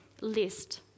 list